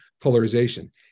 polarization